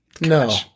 No